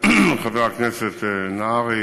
חבר הכנסת נהרי,